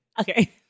Okay